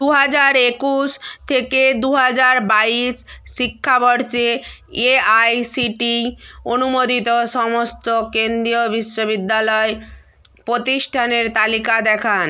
দু হাজার একুশ থেকে দু হাজার বাইশ শিক্ষাবর্ষে এআইসিটিই অনুমোদিত সমস্ত কেন্দ্রীয় বিশ্ববিদ্যালয় প্রতিষ্ঠানের তালিকা দেখান